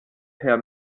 herr